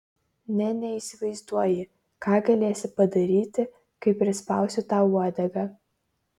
nė neįsivaizduoji ką galėsi padaryti kai prispausiu tau uodegą